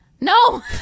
No